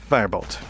Firebolt